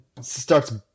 starts